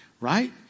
Right